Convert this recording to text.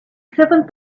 seven